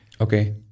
Okay